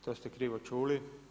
To ste krivo čuli.